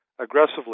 aggressively